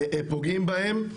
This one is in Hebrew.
פוגעים בהם,